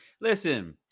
Listen